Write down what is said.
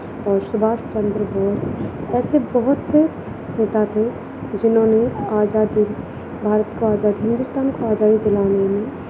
اور سبھاش چندر بوس ایسے بہت سے نیتا تھے جنہوں نے آزادی بھارت کو آزادی ہندوستان کو آزادی دلانے میں